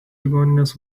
ligoninės